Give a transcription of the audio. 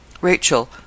Rachel